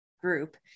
group